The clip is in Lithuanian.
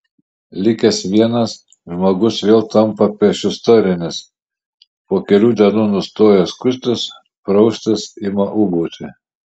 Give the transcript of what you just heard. likęs vienas žmogus vėl tampa priešistorinis po kelių dienų nustoja skustis praustis ima ūbauti